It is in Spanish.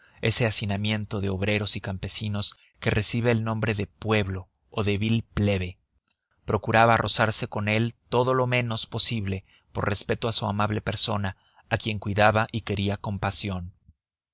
ese hacinamiento de obreros y campesinos que recibe el nombre de pueblo o de vil plebe procuraba rozarse con él todo lo menos posible por respeto a su amable persona a quien cuidaba y quería